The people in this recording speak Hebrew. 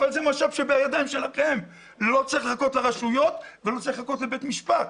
זה משאב שבידיים שלכם ולא צריך לחכות לרשויות ולא צריך לחכות לבית משפט.